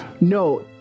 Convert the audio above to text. no